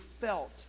felt